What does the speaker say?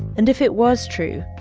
and if it was true,